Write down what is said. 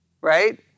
right